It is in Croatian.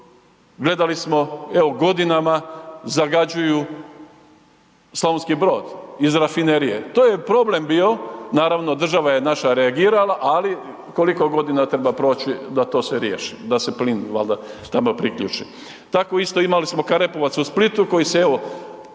gledali smo, evo godinama zagađuju Slavonski Brod iz rafinerije. To je problem bio, naravno, država je naša reagirala, ali koliko godina treba proći da to sve riješimo, da se plin valjda nama priključi. Tako isto imali smo Karepovac u Splitu koji se evo,